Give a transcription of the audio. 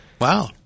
Wow